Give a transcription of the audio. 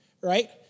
right